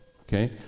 Okay